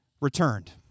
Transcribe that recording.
returned